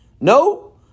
No